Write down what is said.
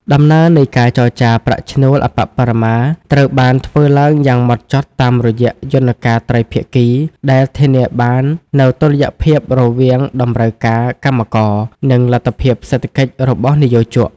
ដំណើរការនៃការចរចាប្រាក់ឈ្នួលអប្បបរមាត្រូវបានធ្វើឡើងយ៉ាងហ្មត់ចត់តាមរយៈយន្តការត្រីភាគី ដែលធានាបាននូវតុល្យភាពរវាងតម្រូវការកម្មករ និងលទ្ធភាពសេដ្ឋកិច្ចរបស់និយោជក។